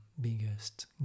biggest